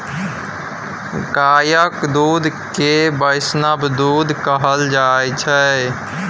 गाछक दुध केँ बैष्णव दुध कहल जाइ छै